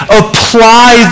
apply